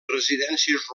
residències